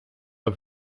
are